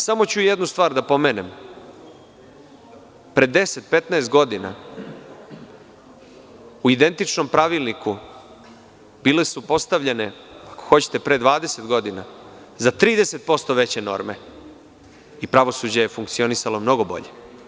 Samo ću jednu stvar da pomenem, pre 10, 15 godina, u identičnom pravilniku bile su postavljene, ako hoćete pre 20 godina, za 30% veće norme i pravosuđe je funkcionisalo mnogo bolje.